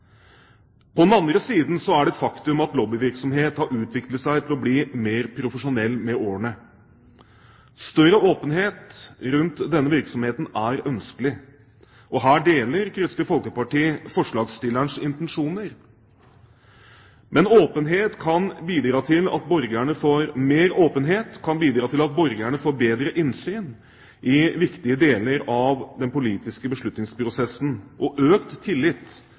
På den annen side er det et faktum at lobbyvirksomhet har utviklet seg til å bli mer profesjonell med årene. Større åpenhet rundt denne virksomheten er ønskelig, og her deler Kristelig Folkeparti forslagsstillernes intensjoner. Mer åpenhet kan bidra til at borgerne får bedre innsyn i viktige deler av den politiske beslutningsprosessen og økt tillit